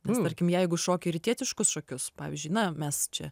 nes tarkim jeigu šoki rytietiškus šokius pavyzdžiui na mes čia